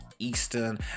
Eastern